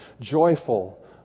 joyful